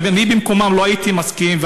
ואני במקומם לא הייתי מסכים,